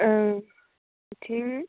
ओं बेथिं